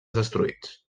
destruïts